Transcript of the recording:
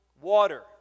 water